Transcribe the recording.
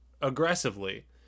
aggressively